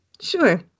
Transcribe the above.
Sure